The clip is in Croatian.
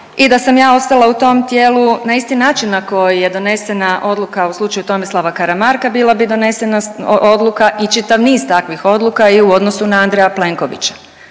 i da sam ja ostala u tom tijelu na isti način na koji je donesena odluka u slučaju Tomislava Karamarka, bila bi donesena odluka i čitav niz takvih odluka i u odnosu na Andreja Plenkovića.